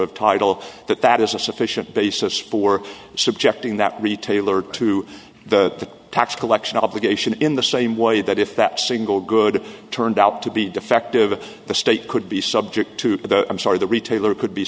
of title that that is a sufficient basis for subjecting that retailer to the tax collection obligation in the same way that if that single good turned out to be defective the state could be subject to the i'm sorry the retailer could be